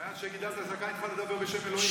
מאז שגידלת זקן התחלת לדבר בשם אלוהים.